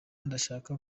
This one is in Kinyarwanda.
ndashaka